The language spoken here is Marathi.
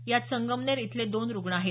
यात संगमनेर इथले दोन रुग्ण आहेत